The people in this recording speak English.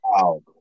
Wow